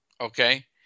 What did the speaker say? Okay